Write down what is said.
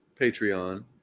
patreon